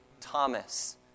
Thomas